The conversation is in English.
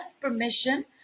permission